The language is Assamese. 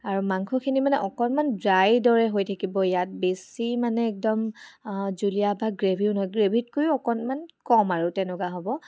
আৰু মাংসখিনি মানে অকণমান ড্ৰাই দৰে হৈ থাকিব ইয়াত বেছি মানে একদম জুলীয়া বা গ্ৰেভিও নহয় গ্ৰেভিতকৈও অকণমান কম আৰু তেনেকুৱা হ'ব